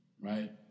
Right